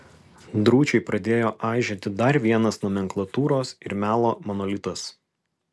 drūčiai pradėjo aižėti dar vienas nomenklatūros ir melo monolitas